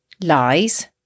lies